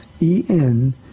e-n